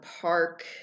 Park